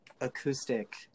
acoustic